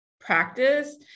practice